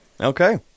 Okay